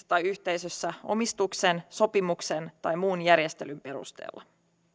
tai yhteisössä omistuksen sopimuksen tai muun järjestelyn perusteella